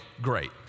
great